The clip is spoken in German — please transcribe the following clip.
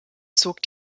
zog